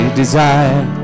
desire